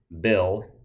Bill